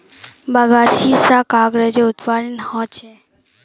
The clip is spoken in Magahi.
बगासी स कागजेरो उत्पादन ह छेक